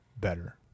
better